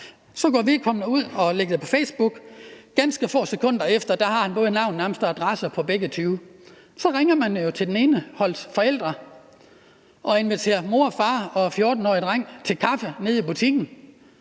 1½ år ud og lægger det på Facebook, og ganske få sekunder efter har han nærmest både navn og adresser på begge tyve. Så ringer man jo til det ene hold forældre og inviterer mor og far og den 14-årige dreng til kaffe nede i butikken,